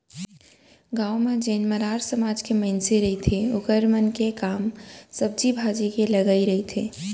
गाँव म जेन मरार समाज के मनसे रहिथे ओखर मन के काम सब्जी भाजी के लगई रहिथे